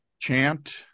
chant